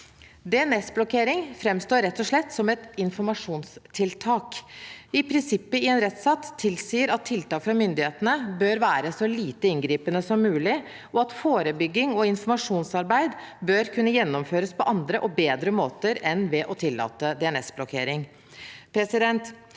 DNS-blokkering framstår rett og slett som et informasjonstiltak. Prinsippet i en rettsstat tilsier at tiltak fra myndighetene bør være så lite inngripende som mulig, og at forebygging og informasjonsarbeid bør kunne gjennomføres på andre og bedre måter enn ved å tillate DNS-blokkering.